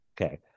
okay